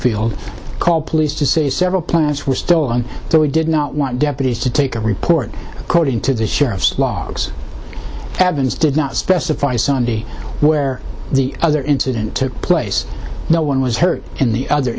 bloomfield called police to say several plans were still on so we did not want deputies to take a report according to the sheriff's logs evans did not specify sunday where the other incident took place no one was hurt in the other